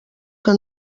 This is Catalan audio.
que